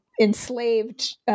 enslaved